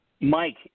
Mike